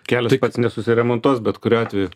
kelias pats nesusiremontuos bet kuriuo atveju